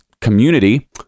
community